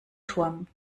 turm